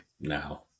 now